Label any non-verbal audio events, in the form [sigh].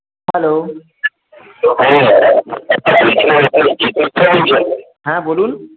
hello [unintelligible] হ্যাঁ বলুন